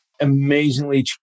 amazingly